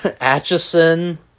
Atchison